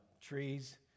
Trees